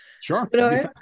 Sure